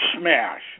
smash